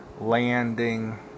landing